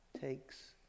takes